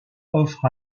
offre